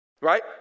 right